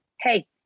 hey